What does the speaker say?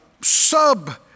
sub